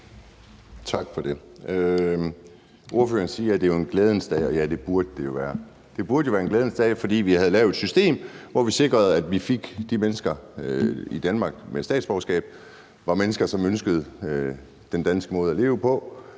Tak for det. Ordføreren siger, at det jo er en glædens dag, og ja, det burde det jo være. Det burde jo være en glædens dag, fordi vi havde lavet et system, hvor vi sikrede, at de mennesker, som fik statsborgerskab i Danmark, var mennesker, som ønskede den danske måde at leve på.